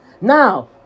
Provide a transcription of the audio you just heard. Now